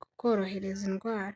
kukorohereza indwara.